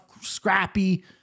scrappy